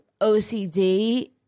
OCD